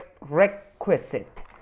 requisite